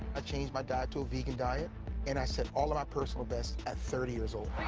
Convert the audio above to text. ah changed my diet to a vegan diet and i set all of my personal bests at thirty years old.